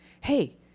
Hey